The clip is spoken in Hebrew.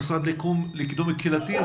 למשרד לקידום קהילתי.